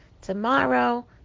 tomorrow